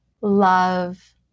love